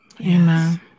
Amen